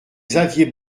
xavier